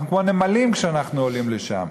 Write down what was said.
אנחנו כמו נמלים כשאנחנו עולים לשם,